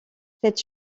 cette